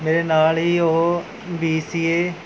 ਮੇਰੇ ਨਾਲ਼ ਹੀ ਉਹ ਬੀ ਸੀ ਏ